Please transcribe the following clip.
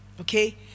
Okay